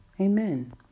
Amen